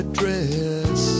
dress